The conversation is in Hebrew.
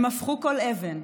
הם הפכו כל אבן,